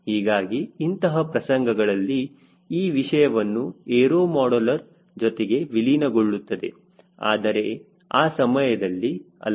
ಹೀಗಾಗಿ ಇಂತಹ ಪ್ರಸಂಗಗಳಲ್ಲಿ ಈ ವಿಷಯವು ಏರೋ ಮಾಡಲರ್ ಜೊತೆಗೆ ವಿಲೀನಗೊಳ್ಳುತ್ತದೆ ಆದರೆ ಈ ಸಮಯದಲ್ಲಿ ಅಲ್ಲ